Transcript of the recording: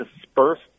dispersed